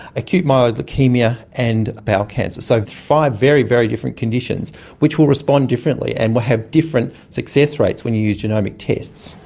acute myeloid leukaemia, and bowel cancer. so five very, very different conditions which will respond differently and will have different success rates when you use genomic tests.